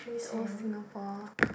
that was Singapore